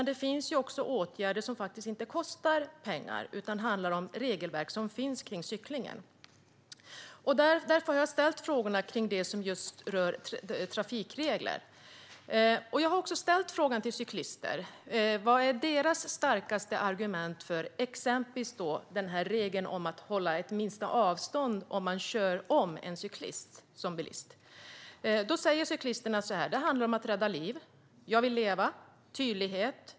Det finns åtgärder som inte kostar pengar. Det handlar om regelverk som finns för cyklingen. Jag har därför ställt frågorna om det som rör just trafikregler. Jag har också ställt frågan till cyklister om vad som är deras starkaste argument för exempelvis regeln om att hålla ett minsta avstånd om man som bilist kör om en cyklist. Cyklisterna säger så här: Det handlar om att rädda liv. Jag vill leva. Tydlighet.